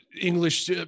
English